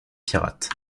pirates